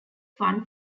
fun